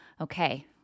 Okay